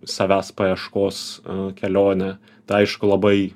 savęs paieškos kelionė tai aišku labai